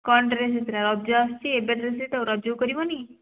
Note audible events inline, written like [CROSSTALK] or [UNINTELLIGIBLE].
କ'ଣ ଡ୍ରେସ୍ [UNINTELLIGIBLE] ରଜ ଆସୁଛି ଏବେ ଡ୍ରେସ୍ ହୋଇଥାଉ ରଜକୁ କରିବନି